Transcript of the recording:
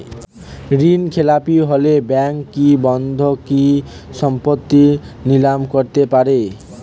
ঋণখেলাপি হলে ব্যাঙ্ক কি বন্ধকি সম্পত্তি নিলাম করতে পারে?